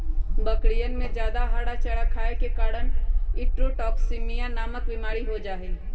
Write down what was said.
बकरियन में जादा हरा चारा खाये के कारण इंट्रोटॉक्सिमिया नामक बिमारी हो जाहई